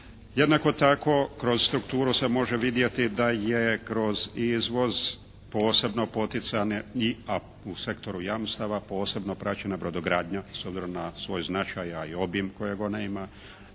Jednako tako kroz strukturu se može vidjeti da je kroz izvoz posebno poticane, a u sektoru jamstava, posebno praćena brodogradnja i s obzirom na svoj značaj a i obim kojeg ona ima,